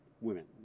Women